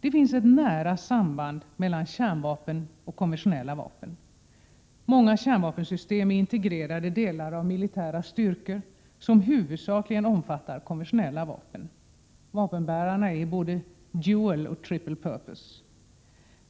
Det finns ett nära samband mellan kärnvapen och konventionella vapen. Många kärnvapensystem är integrerade delar av militära styrkor som huvudsakligen omfattar konventionella vapen. Vapenbärarna är både ”dual” och ”triple purpose”.